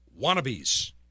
wannabes